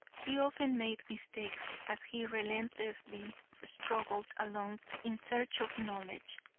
he often made mistakes as he relentlessly struggled along in search of knowledge.